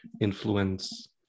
influence